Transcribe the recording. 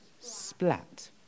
splat